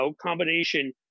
combination